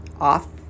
off